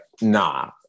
nah